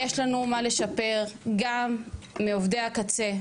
יש לנו מה לשפר גם מעובדי הקצה,